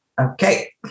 Okay